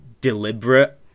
deliberate